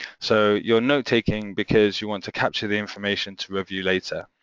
so you're notetaking because you want to capture the information to review later.